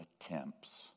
attempts